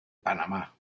panamá